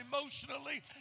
emotionally